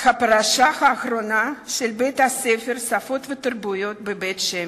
הפרשה האחרונה של בית-הספר "שפות ותרבויות" בבית-שמש.